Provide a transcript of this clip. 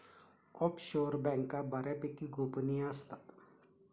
offshore बँका बऱ्यापैकी गोपनीय असतात